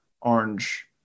orange